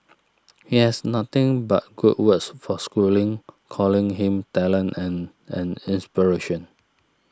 he has nothing but good words for Schooling calling him talented and an inspiration